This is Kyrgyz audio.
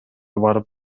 барып